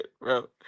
bro